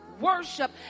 worship